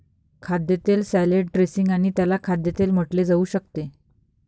खाद्यतेल salad dressing आणि त्याला खाद्यतेल म्हटले जाऊ शकते